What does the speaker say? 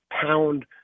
pound